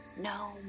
No